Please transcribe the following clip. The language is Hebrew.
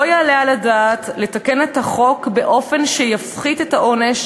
לא יעלה על הדעת לתקן את החוק באופן שיפחית את העונש